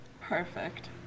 Perfect